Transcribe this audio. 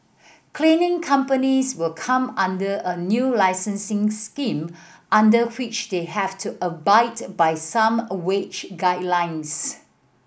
cleaning companies will come under a new licensing scheme under which they have to abide by some a wage guidelines